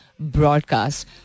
broadcast